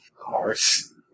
cars